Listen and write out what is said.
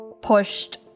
pushed